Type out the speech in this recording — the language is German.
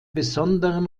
besonderen